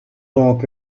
donc